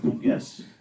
Yes